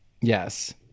Yes